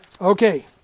Okay